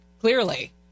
clearly